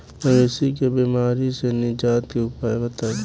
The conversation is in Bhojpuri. मवेशी के बिमारी से निजात के उपाय बताई?